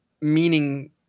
meaning